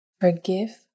forgive